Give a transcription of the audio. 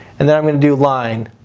and then i'm going to do line.